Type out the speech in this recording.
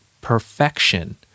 perfection